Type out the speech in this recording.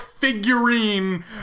figurine